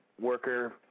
worker